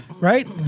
Right